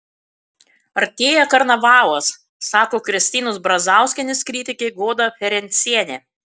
artėja karnavalas sako kristinos brazauskienės kritikė goda ferencienė